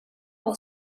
will